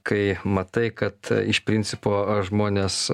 kai matai kad iš principo žmonės